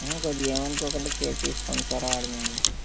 కొద్దిగాఏమి అనుకోకుండా కేర్ తీసుకోండి సార్ వాడి మీద